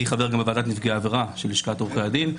אני גם חבר בוועדת נפגעי העבירה של לשכת עורכי הדין,